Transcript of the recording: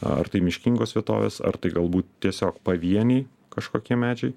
ar tai miškingos vietovės ar tai galbūt tiesiog pavieniai kažkokie medžiai